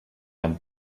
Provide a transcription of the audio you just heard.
amb